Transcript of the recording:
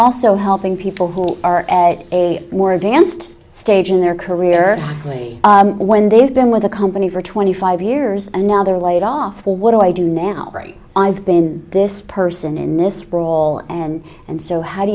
also helping people who are at a more advanced stage in their career actually when they've been with the company for twenty five years and now they're laid off or what do i do now i've been this person in this brawl and and so how do